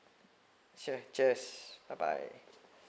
cheers bye bye